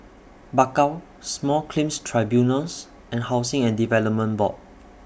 Bakau Small Claims Tribunals and Housing and Development Board